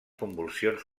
convulsions